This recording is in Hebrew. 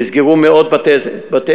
נסגרו מאות בתי-עסק,